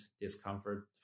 discomfort